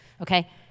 okay